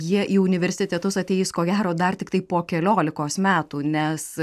jie į universitetus ateis ko gero dar tiktai po keliolikos metų nes